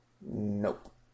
nope